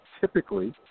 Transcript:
typically